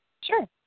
Sure